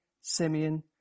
Simeon